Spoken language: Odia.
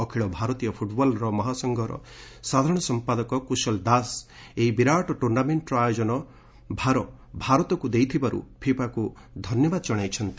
ଅଖିଳ ଭାରତୀୟ ଫୁଟ୍ବଲ୍ର ମହାସଂଘର ସାଧାରଣ ସମ୍ପାଦକ କୁଶଲ ଦାସ ଏହି ବିରାଟ ଟୁର୍ଣ୍ଣାମେଣ୍ଟର ଆୟୋଜନ ଭାର ଭାରତକୁ ଦେଇଥିବାରୁ ଫିଫାକୁ ଧନ୍ୟବାଦ ଜଣାଇଛନ୍ତି